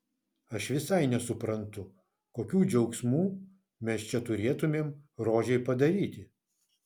aš visai nesuprantu kokių džiaugsmų mes čia turėtumėm rožei padaryti